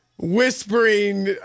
whispering